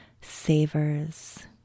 savors